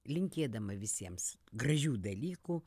linkėdama visiems gražių dalykų